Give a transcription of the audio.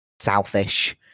southish